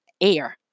air